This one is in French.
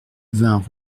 vingt